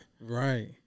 Right